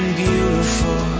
beautiful